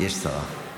יש שרה.